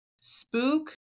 Spook